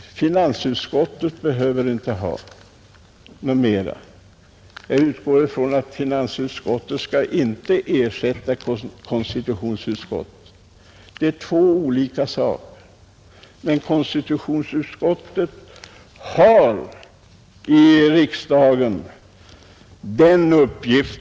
Finansutskottet behöver inte ha något mera. Jag utgår från att finansutskottet inte skall ersätta konstitutionsutskottet — det är två olika saker. Konstitutionsutskottet har en uppgift